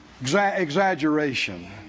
exaggeration